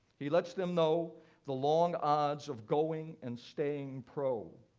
he lets them know the long odds of going and staying pro.